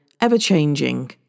ever-changing